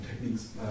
techniques